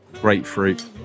grapefruit